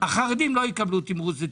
החרדים לא יקבלו תמרוץ וטיפוח.